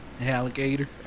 Alligator